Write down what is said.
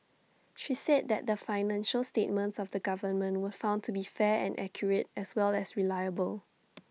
she said that the financial statements of the government were found to be fair and accurate as well as reliable